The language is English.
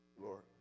Lord